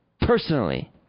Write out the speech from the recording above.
personally